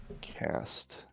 Cast